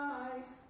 eyes